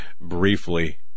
briefly